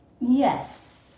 Yes